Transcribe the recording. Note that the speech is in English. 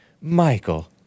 Michael